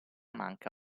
manca